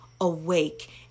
awake